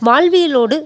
வாழ்வியலோடு